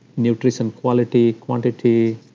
nutrition quality, quantity,